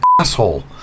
asshole